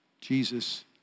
Jesus